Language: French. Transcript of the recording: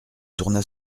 tourna